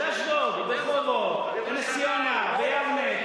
ברחובות, בנס-ציונה, ביבנה,